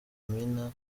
amina